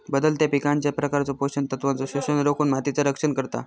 बदलत्या पिकांच्या प्रकारचो पोषण तत्वांचो शोषण रोखुन मातीचा रक्षण करता